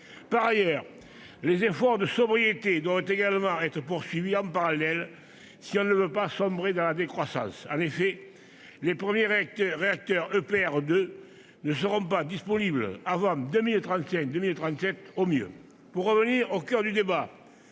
Par ailleurs, les efforts de sobriété doivent également être poursuivis en parallèle si nous ne voulons pas sombrer dans la décroissance. En effet, les premiers réacteurs EPR 2 ne seront pas disponibles avant 2035, voire 2037, au mieux. Pour revenir au coeur du débat,